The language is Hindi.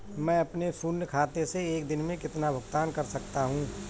मैं अपने शून्य खाते से एक दिन में कितना भुगतान कर सकता हूँ?